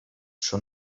czy